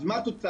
אז מה התוצאה?